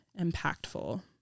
impactful